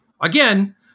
Again